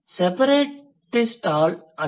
separatist ஆல் அல்ல